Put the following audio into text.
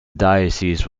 diocese